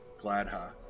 Gladha